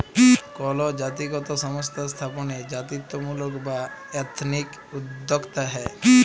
call জাতিগত সংস্থা স্থাপনে জাতিত্বমূলক বা এথনিক উদ্যক্তা হ্যয়